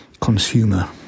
consumer